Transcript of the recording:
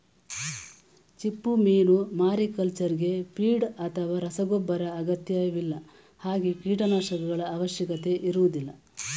ಚಿಪ್ಪುಮೀನು ಮಾರಿಕಲ್ಚರ್ಗೆ ಫೀಡ್ ಅಥವಾ ರಸಗೊಬ್ಬರ ಅಗತ್ಯವಿಲ್ಲ ಹಾಗೆ ಕೀಟನಾಶಕಗಳ ಅವಶ್ಯಕತೆ ಇರೋದಿಲ್ಲ